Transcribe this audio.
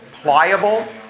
pliable